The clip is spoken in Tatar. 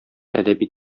әдәби